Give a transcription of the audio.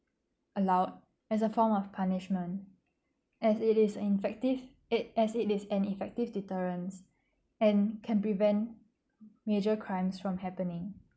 allowed as a form of punishment as it is ineffective it as it is an effective deterrence and can prevent major crimes from happening